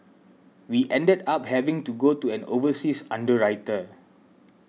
we ended up having to go to an overseas underwriter